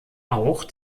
auch